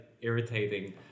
irritating